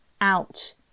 out